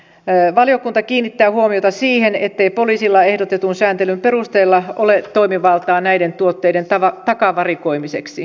valiokunta kiinnittää huomiota siihen ettei poliisilla ehdotetun sääntelyn perusteella ole toimivaltaa näiden tuotteiden takavarikoimiseksi